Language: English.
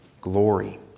glory